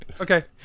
Okay